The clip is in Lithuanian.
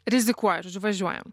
rizikuoju žodžiu važiuojam